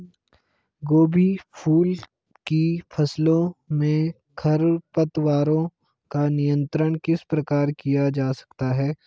गोभी फूल की फसलों में खरपतवारों का नियंत्रण किस प्रकार किया जा सकता है?